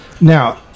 Now